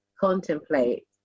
contemplate